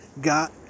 got